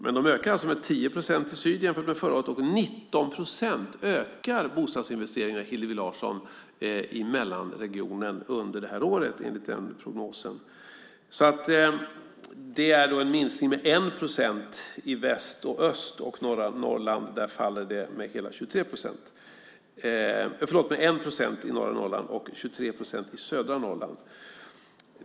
Men de ökar alltså med 10 procent i syd jämfört med förra året. Enligt prognosen ökar bostadsinvesteringarna med 19 procent i mellanregionen under det här året, Hillevi Larsson! Det är då en minskning med 1 procent i väst och öst, och i norra Norrland faller de med 1 procent och i södra Norrland med 23 procent.